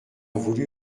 voulu